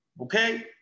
Okay